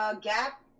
gap